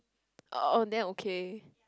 uh then okay